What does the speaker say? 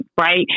right